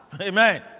Amen